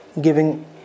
giving